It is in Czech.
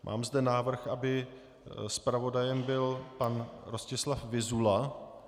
Mám zde návrh, aby zpravodajem byl pan Rostislav Vyzula.